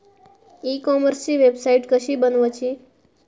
E कॉमर्सची website कशी बनवची?